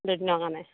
দুদিনৰ কাৰণে